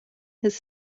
his